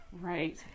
Right